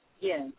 Yes